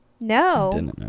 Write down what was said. no